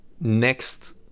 next